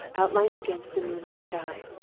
outlined against the moonlit sky,